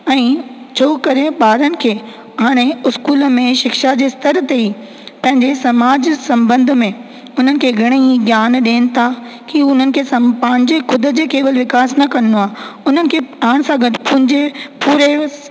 ऐं छो करे ॿारनि खे हाणे उस्कूल में शिक्षा जे स्तर ते ई पंहिंजे समाज संबंध में उन्हनि खे घणेई ज्ञान ॾियनि था की उन्हनि खे सभु पंहिंजे ख़ुदि जे केवल विकास न करिणो आहे उन्हनि खे पाण सां गॾु पंहिंजे पूरे